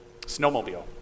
snowmobile